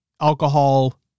alcohol